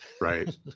Right